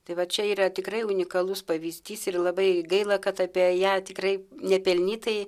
tai va čia yra tikrai unikalus pavyzdys ir labai gaila kad apie ją tikrai nepelnytai